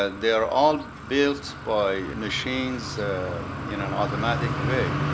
ah they are all built by machines in an automatic way.